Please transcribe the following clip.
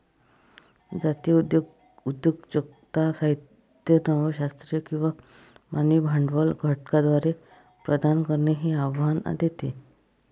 जातीय उद्योजकता साहित्य नव शास्त्रीय किंवा मानवी भांडवल घटकांद्वारे प्रदान करणे हे आव्हान देते